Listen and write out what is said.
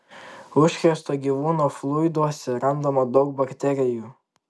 užkrėsto gyvūno fluiduose randama daug bakterijų